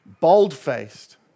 Bold-faced